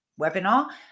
webinar